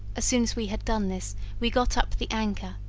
soon as we had done this we got up the anchor,